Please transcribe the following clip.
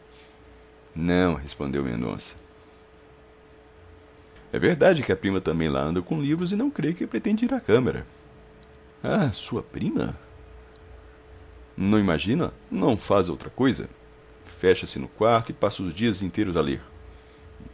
não respondeu mendonça é verdade que a prima também lá anda com livros e não creio que pretenda ir à câmara ah sua prima não imagina não faz outra coisa fecha-se no quarto e passa os dias inteiros a